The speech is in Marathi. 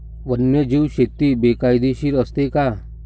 वन्यजीव शेती बेकायदेशीर असते का?